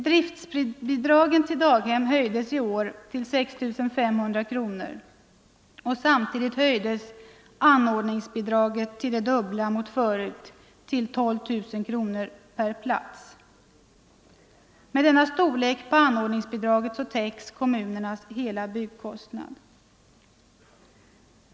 Driftbidragen till daghem höjdes i år till 6 500 kronor och samtidigt fördubblades anordningsbidraget till 12 000 kronor per plats. Med denna storlek på anordningsbidraget täcks kommunernas hela byggkostnad.